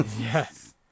Yes